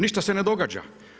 Ništa se ne događa.